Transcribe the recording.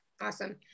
Awesome